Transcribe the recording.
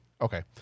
Okay